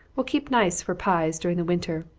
will keep nice for pies during the winter.